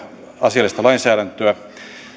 asiallista lainsäädäntöä